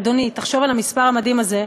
אדוני, תחשוב על המספר המדהים הזה,